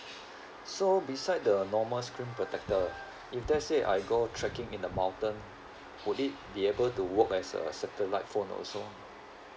so besides the normal screen protector if let's say I go trekking in the mountain would it be able to work as a satellite phone also